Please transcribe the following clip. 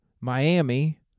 Miami